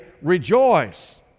Rejoice